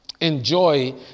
enjoy